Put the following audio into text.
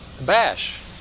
bash